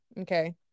okay